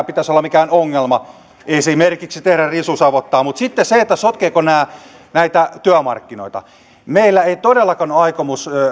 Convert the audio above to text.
pitäisi olla mikään ongelma esimerkiksi tehdä risusavottaa mutta sitten se sotkeeko se näitä työmarkkinoita meillä ei todellakaan ole aikomus